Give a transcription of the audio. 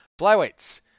flyweights